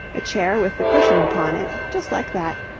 a chair with the cushion upon it, just like that,